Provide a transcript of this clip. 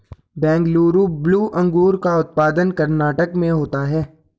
Bengaluru blue अंगूर का उत्पादन कर्नाटक में होता है